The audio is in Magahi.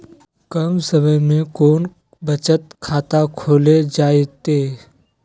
कम समय में कौन बचत खाता खोले जयते?